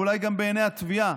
ואולי גם בעיני התביעה,